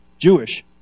Jewish